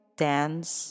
dance